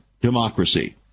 democracy